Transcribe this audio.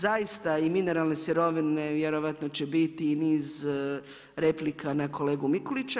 Zaista i mineralne sirovine vjerojatno će biti i niz replika na kolegu Mikulića.